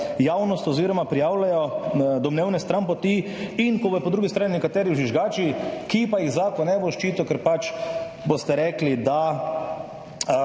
javnost oziroma prijavljajo domnevne stranpoti, ko bodo po drugi strani nekateri žvižgači, ki pa jih zakon ne bo ščitil, ker boste rekli, da